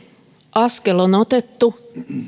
askel on otettu